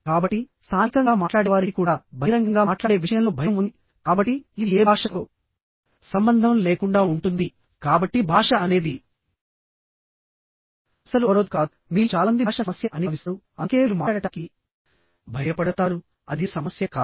కాబట్టి స్థానికంగా మాట్లాడేవారికి కూడా బహిరంగంగా మాట్లాడే విషయంలో భయం ఉంది కాబట్టి ఇది ఏ భాషతో సంబంధం లేకుండా ఉంటుంది కాబట్టి భాష అనేది అసలు అవరోధం కాదు మీలో చాలా మంది భాష సమస్య అని భావిస్తారు అందుకే మీరు మాట్లాడటానికి భయపడతారు అది సమస్య కాదు